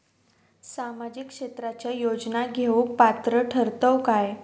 सामाजिक क्षेत्राच्या योजना घेवुक पात्र ठरतव काय?